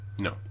No